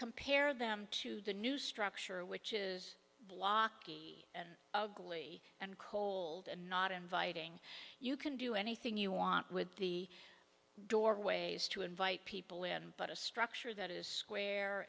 compare them to the new structure which is blocky and ugly and cold and not inviting you can do anything you want with the doorways to invite people in but a structure that is square